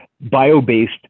bio-based